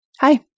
Hi